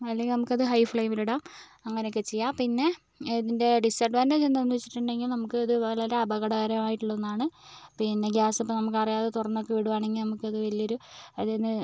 അല്ലെങ്കിൽ നമുക്കത് ഹൈ ഫ്ലേമിൽ ഇടാം അങ്ങനെ ഒക്കെ ചെയ്യാം പിന്നെ ഇതിൻ്റെ ഡിസ്അഡ്വാൻറ്റേജ് എന്താന്ന് വെച്ചിട്ടുണ്ടെങ്കിൽ നമുക്കിത് വളരെ അപകടകരമായിട്ടുള്ള ഒന്നാണ് പിന്നെ ഗ്യാസ് ഇപ്പം നമുക്ക് അറിയാതെ തുറന്നൊക്കെ വിടുവാണെങ്കിൽ നമുക്കത് വലിയൊരു അതിന്ന്